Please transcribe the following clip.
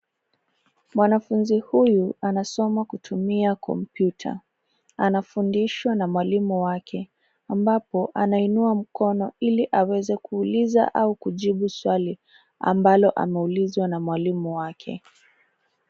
Mwanafunzi anasoma kutumia kompyuta. Anafundishwa na mwalimu wake ambapo anainua mkono ili aweze kuuliza au kujibu swali ambalo ameulizwa na mwalimu wake.